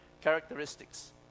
characteristics